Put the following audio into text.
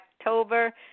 October